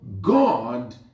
God